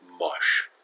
mush